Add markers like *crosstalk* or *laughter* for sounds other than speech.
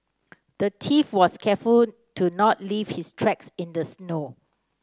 the *unintelligible* was careful to not leave his tracks in the snow